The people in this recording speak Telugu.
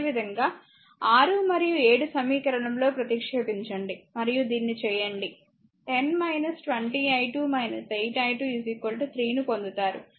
అదేవిధంగా 6 మరియు 7 సమీకరణం లో ప్రతిక్షేపించండి మరియు దీన్ని చేయండి 10 20 i2 8 i2 3 ను పొందుతారు